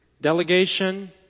Delegation